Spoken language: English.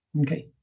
Okay